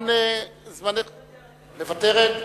מוותרת.